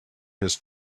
his